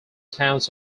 towns